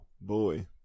Boy